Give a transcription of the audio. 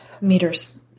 meters